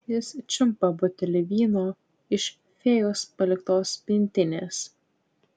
jis čiumpa butelį vyno iš fėjos paliktos pintinės